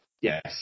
Yes